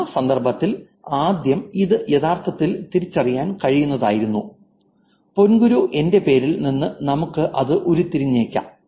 ആ സന്ദർഭത്തിൽ ആദ്യം ഇത് യഥാർത്ഥത്തിൽ തിരിച്ചറിയാൻ കഴിയുന്നതായിരുന്നു പൊൻഗുരു എന്റെ പേരിൽ നിന്ന് നമുക്ക് അത് ഉരുത്തിരിഞ്ഞേക്കാം